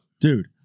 Dude